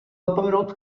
zapomenout